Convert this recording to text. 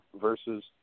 versus